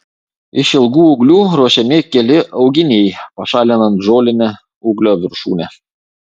iš ilgų ūglių ruošiami keli auginiai pašalinant žolinę ūglio viršūnę